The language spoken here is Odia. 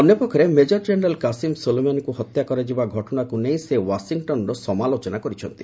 ଅନ୍ୟ ପକ୍ଷରେ ମେଜର ଜେନେରାଲ କାସିମ୍ ସୋଲେମାନିଙ୍କୁ ହତ୍ୟା କରାଯିବା ଘଟଣାକୁ ନେଇ ସେ ୱାଶିଂଟନ୍ର ସମାଲୋଚନା କରିଛନ୍ତି